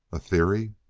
a theory?